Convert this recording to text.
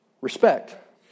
Respect